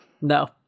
no